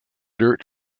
dirt